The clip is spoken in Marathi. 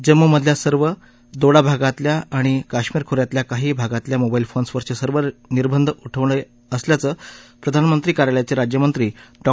जम्मू मधल्या सर्व दोडा भागातल्या आणि काश्मिर खोऱ्यातल्या काही भागातल्या मोबाईल फोन्सवरच जुर्व निर्बंध उठवलअसल्याचं प्रधानमंत्री कार्यालयाच जुज्यमंत्री डॉ